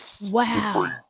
Wow